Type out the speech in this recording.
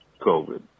COVID